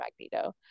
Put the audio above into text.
Magneto